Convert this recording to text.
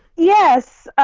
yes.